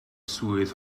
swydd